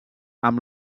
amb